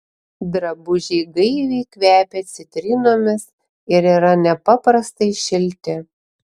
drabužiai gaiviai kvepia citrinomis ir yra nepaprastai šilti